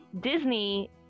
Disney